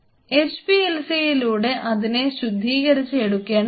HPLC യിലൂടെ അതിനെ ശുദ്ധീകരിച്ച് എടുക്കേണ്ടതാണ്